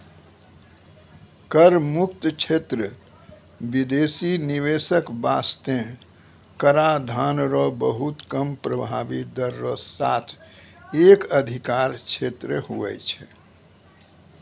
कर मुक्त क्षेत्र बिदेसी निवेशक बासतें कराधान रो बहुत कम प्रभाबी दर रो साथ एक अधिकार क्षेत्र हुवै छै